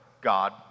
God